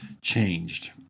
changed